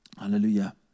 Hallelujah